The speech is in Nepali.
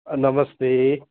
अँ नमस्ते